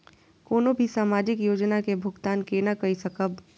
कोनो भी सामाजिक योजना के भुगतान केना कई सकब?